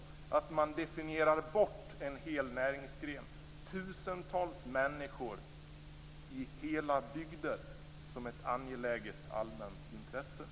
Man vill definiera bort en hel näringsgren som tusentals människor i olika bygder är beroende av.